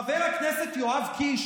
חבר הכנסת יואב קיש,